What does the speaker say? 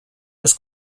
los